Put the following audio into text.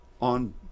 on